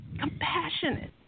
compassionate